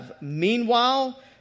Meanwhile